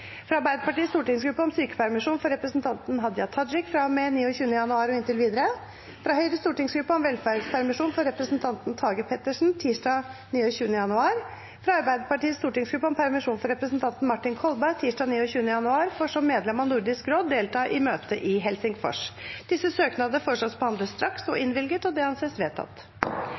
fra Arbeiderpartiets stortingsgruppe om sykepermisjon for representanten Hadia Tajik fra og med 29. januar og inntil videre fra Høyres stortingsgruppe om velferdspermisjon for representanten Tage Pettersen tirsdag 29. januar fra Arbeiderpartiets stortingsgruppe om permisjon for representanten Martin Kolberg tirsdag 29. januar for som medlem av Nordisk råd å delta på møte i Helsingfors Etter forslag fra presidenten ble enstemmig besluttet: Søknadene behandles straks og